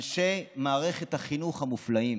אנשי מערכת החינוך המופלאים,